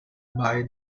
buy